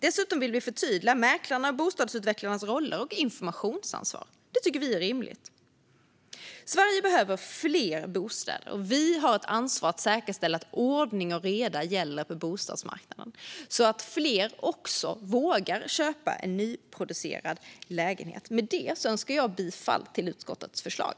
Dessutom vill vi förtydliga mäklarnas och bostadsutvecklarnas roller och informationsansvar. Det tycker vi är rimligt. Sverige behöver fler bostäder, och vi har ett ansvar för att säkerställa att ordning och reda gäller på bostadsmarknaden så att fler vågar köpa en nyproducerad lägenhet. Med detta yrkar jag bifall till utskottets förslag.